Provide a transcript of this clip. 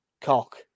Cock